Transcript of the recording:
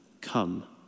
Come